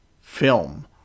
film